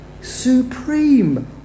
supreme